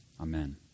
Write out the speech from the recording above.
Amen